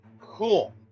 Cool